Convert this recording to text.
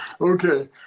okay